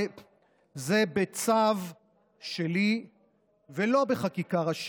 זו לא ערבות לבניין.